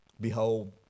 Behold